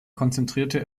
konzentrierte